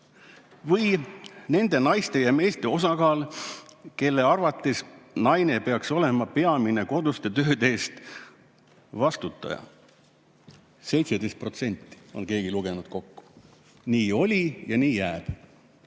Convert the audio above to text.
Või nende naiste ja meeste osakaal, kelle arvates naine peaks olema peamine koduste tööde eest vastutaja – 17% on keegi lugenud kokku. Nii oli ja nii jääb.